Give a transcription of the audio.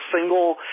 single